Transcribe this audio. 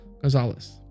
Gonzalez